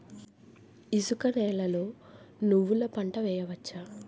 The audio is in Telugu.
ఇసుక నేలలో నువ్వుల పంట వేయవచ్చా?